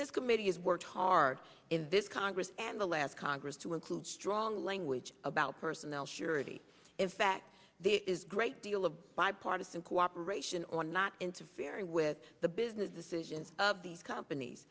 this committee's work hearts in this congress and the last congress to include strong language about personnel surety effect there is great deal of bipartisan cooperation or not interfering with the business decisions of these companies